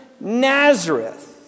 Nazareth